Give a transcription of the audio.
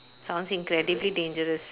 sounds incredibly dangerous